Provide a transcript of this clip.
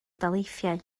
daleithiau